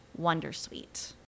Wondersuite